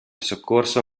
soccorso